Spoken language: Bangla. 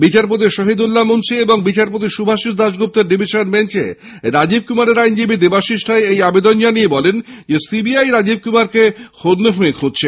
বিচারপতি সহিদুল্লা মুন্সি এবং বিচারপতি শুভাশিস দাশগুপ্তের ডিভিশন বেঞ্চে রাজীব কুমারের আইনজীবী দেবাশিস রায় এই আবেদন জানিয়ে বলেন সি বি আই রাজীব কুমারকে হন্যে হয়ে খুঁজছে